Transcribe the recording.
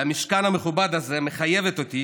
למשכן המכובד הזה, מחייבת אותי